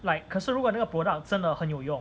like 可是如果那个 product 真的很有用